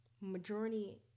majority